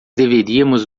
deveríamos